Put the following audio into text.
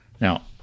Now